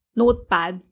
notepad